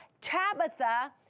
Tabitha